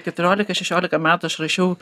keturiolika šešiolika metų aš rašiau